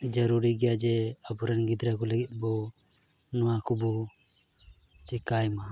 ᱡᱟᱹᱨᱩᱨᱤ ᱜᱮᱭᱟ ᱡᱮ ᱟᱵᱚᱨᱮᱱ ᱜᱤᱫᱽᱨᱟᱹ ᱠᱚ ᱞᱟᱹᱜᱤᱫ ᱵᱚᱱ ᱱᱚᱣᱟ ᱠᱚᱵᱚᱱ ᱪᱮᱠᱟᱭ ᱢᱟ